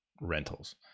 rentals